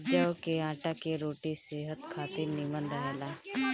जव के आटा के रोटी सेहत खातिर निमन रहेला